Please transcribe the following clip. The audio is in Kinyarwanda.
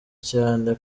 cyane